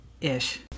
Ish